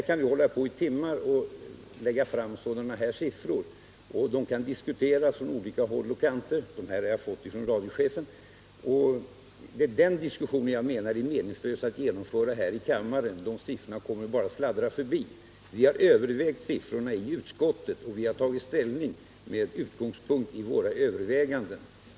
Så kan vi hålla på i timmar och lägga fram sådana här siffror. De kan diskuteras från olika håll och kanter — de här siffrorna har jag fått från radiochefen - och det är den diskussionen som jag menar att det är meningslöst att föra här i kammaren. Siffrorna kommer bara att fladdra förbi. Vi har övervägt siffrorna i utskottet och tagit ställning med utgångspunkt i våra överväganden.